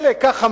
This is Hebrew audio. ככה,